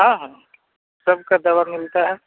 हाँ हाँ सबकी दवा मिलती है